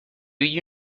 you